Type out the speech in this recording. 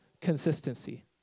consistency